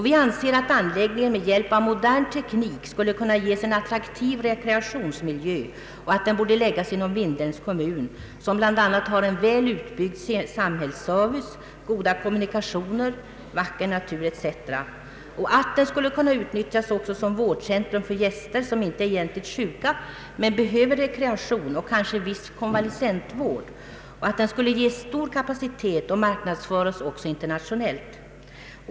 Vi anser att anläggningen med hjälp av modern teknik skulle kunna ges en attraktiv rekreationsmiljö och att den borde förläggas inom Vindelns kommun, som bl.a. har en väl utbyggd samhällsservice, goda kommunikationer, vacker natur etc. Den skulle också kunna utnyttjas som vårdcentrum för gäster som inte är sjuka i egentlig mening men som behöver rekreation och kanske viss konvalescentvård. Anläggningen skulle kunna ges stor kapacitet och marknadsföras också internationellt.